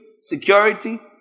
security